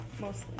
mostly